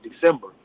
December